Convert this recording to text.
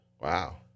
Wow